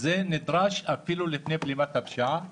הזה נדרש עוד פני בלימת הפשיעה